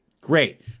great